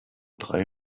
drei